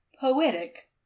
poetic